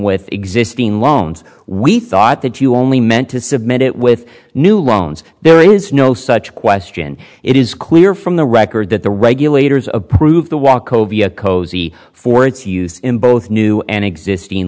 with existing loans we thought that you only meant to submit it with new loans there is no such question it is clear from the record that the regulators approve the walkover cosey for its use in both new and existing